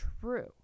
true